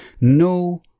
no